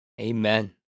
Amen